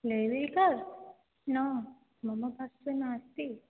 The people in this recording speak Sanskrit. लैब्रेरी कार्ड् न मम पार्श्वे नास्ति